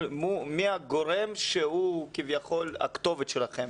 מי הגורם שהוא כביכול הכתובת שלכם?